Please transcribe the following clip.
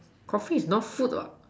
Coffee is not fruit what